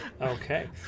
okay